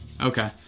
Okay